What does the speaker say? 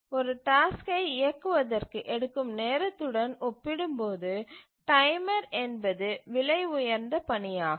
ஒரு டாஸ்க்கை இயக்குவதற்கு எடுக்கும் நேரத்துடன் ஒப்பிடும்போது டைமர் என்பது விலை உயர்ந்த பணியாகும்